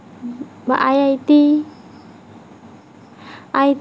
বা I I T